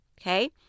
okay